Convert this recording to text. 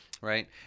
Right